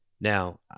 Now